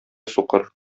сукыр